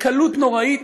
בקלות נוראית,